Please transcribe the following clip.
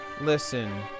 Listen